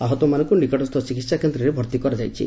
ଆହତମାନଙ୍କୁ ନିକଟସ୍ଥ ଚିକିହାକେଦ୍ରରେ ଭର୍ତି କରାଯାଇଛି